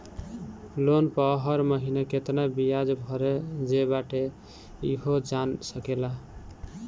loan पअ हर महिना केतना बियाज भरे जे बाटे इहो जान सकेला